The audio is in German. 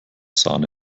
sahne